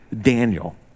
Daniel